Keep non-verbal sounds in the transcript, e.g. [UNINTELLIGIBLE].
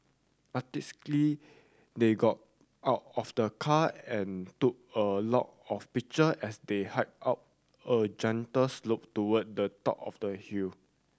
[UNINTELLIGIBLE] they got out of the car and took a lot of picture as they hiked up a gentle slope toward the top of the hill